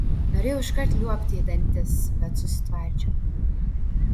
norėjau iškart liuobti į dantis bet susitvardžiau